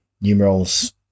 numerals